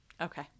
okay